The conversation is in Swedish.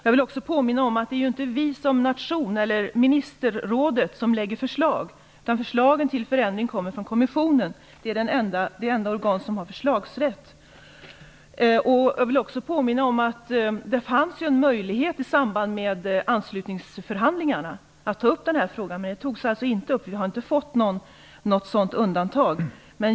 Jag vill påminna om att det inte är vi som nation eller ministerrådet som lägger fram förslag, utan förslagen till förändring kommer från kommissionen - det är det enda organ som har förslagsrätt. Jag vill också påminna om att det i samband med anslutningsförhandlingarna fanns en möjlighet att ta upp den här frågan. Det gjordes inte, och vi har alltså inte fått något undantag.